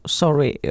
sorry